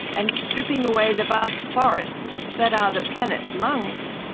and stripping away the vast forests that are the planet's lungs,